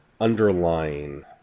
underlying